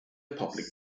public